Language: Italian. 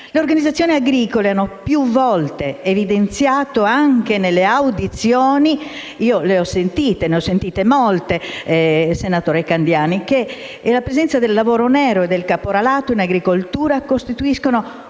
Le organizzazioni agricole più volte hanno evidenziato anche nelle audizioni - ne ho sentite molte, senatore Candiani - che la presenza del lavoro nero e del caporalato in agricoltura costituiscono un gravissimo